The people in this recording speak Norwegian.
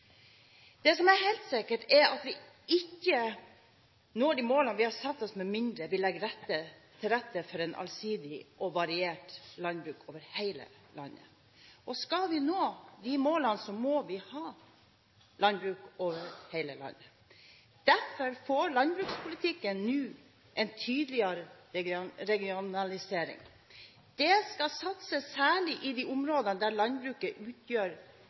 Det som er helt sikkert, er at vi ikke når de målene vi har satt oss, med mindre vi legger til rette for et allsidig og variert landbruk over hele landet. Skal vi nå de målene, må vi ha landbruk over hele landet. Derfor får landbrukspolitikken nå en tydeligere regionalisering. Det skal satses særlig i de områdene der landbruket utgjør